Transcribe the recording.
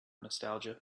nostalgia